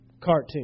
cartoon